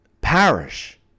Parish